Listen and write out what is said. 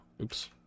oops